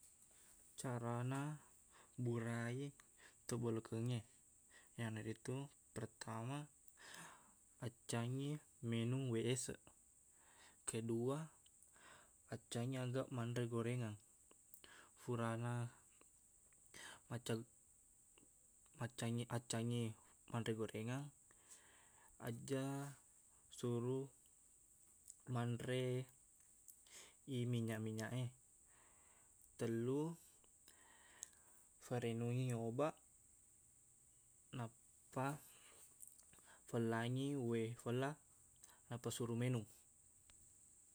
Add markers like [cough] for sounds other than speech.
Carana burai to bolokengnge iyanaritu, pertama, accangngi minung wae eseq. Kedua, accangngi aga manre gorengang. Furana macak maccangngi- accangngi manre gorengang, ajjaq suru manre i minyak-minyak e. Tellu, farinungi obaq nappa [noise] fellangi wae fella nappa suru menung.